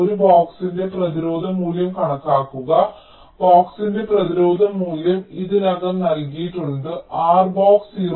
ഒരു ബോക്സിന്റെ പ്രതിരോധ മൂല്യം കണക്കാക്കുക ബോക്സിൻറെ പ്രതിരോധ മൂല്യം ഇതിനകം നൽകിയിട്ടുണ്ട് R ബോക്സ് 0